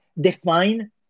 define